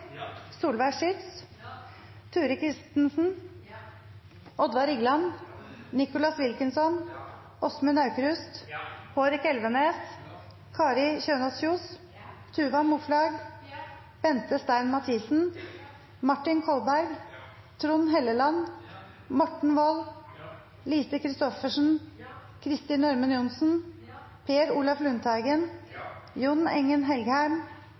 Solveig Schytz, Turid Kristensen, Oddvar Igland, Nicholas Wilkinson, Åsmund Aukrust, Hårek Elvenes, Kari Kjønaas Kjos, Tuva Moflag, Bente Stein Mathisen, Martin Kolberg, Trond Helleland, Morten Wold, Lise Christoffersen, Kristin Ørmen Johnsen, Per Olaf Lundteigen, Jon